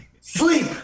Sleep